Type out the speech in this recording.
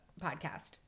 podcast